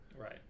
Right